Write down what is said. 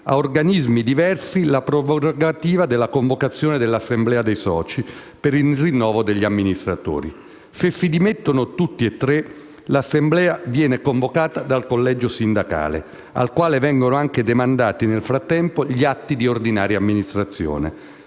a organismi diversi la prerogativa della convocazione dell'assemblea dei soci per il rinnovo degli amministratori: se si dimettono tutti e tre l'assemblea viene convocata dal collegio sindacale, al quale vengono anche demandati nel frattempo gli atti di ordinaria amministrazione;